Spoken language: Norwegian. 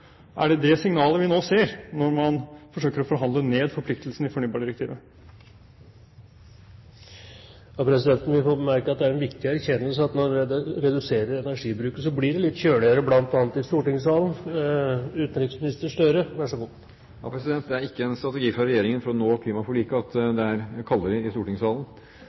forhandle ned forpliktelsene i fornybardirektivet? Presidenten vil få bemerke at det er en viktig erkjennelse at når en reduserer energiforbruket, blir det litt kjøligere bl.a. i stortingssalen. Det er ikke en strategi fra regjeringen for å nå klimaforliket at det er kaldere i stortingssalen.